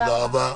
תודה רבה.